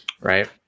right